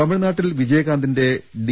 തമിഴ് നാട്ടിൽ വിജയകാന്തിന്റെ ഡി